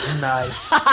Nice